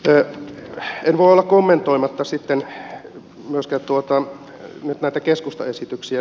en voi olla kommentoimatta myöskään nyt näitä keskustan esityksiä